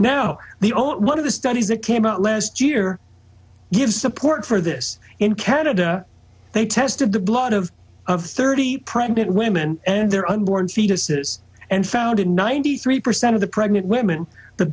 now the only one of the studies that came out last year give support for this in canada they tested the blood of thirty pregnant women and their unborn fetuses and found in ninety three percent of the pregnant women the